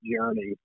journey